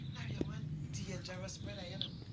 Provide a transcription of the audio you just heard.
larry one dangerous brother, you know.